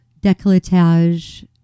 decolletage